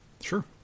Sure